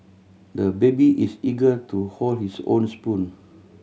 the baby is eager to hold his own spoon